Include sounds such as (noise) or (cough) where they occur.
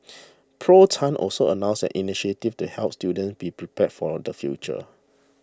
(noise) Prof Tan also announced an initiative to help students be prepared for the future